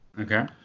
Okay